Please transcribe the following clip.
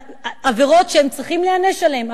עבירות שהם צריכים להיענש עליהן,